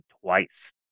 twice